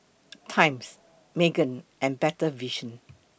Times Megan and Better Vision